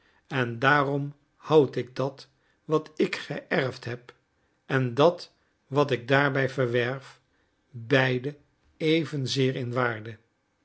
en daarom houd ik dat wat ik geërfd heb en dat wat ik daarbij verwerf beide evenzeer in waarde